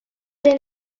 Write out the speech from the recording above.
been